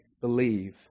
believe